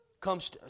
comes